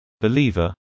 believer